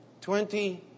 Twenty